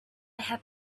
had